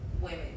women